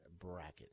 bracket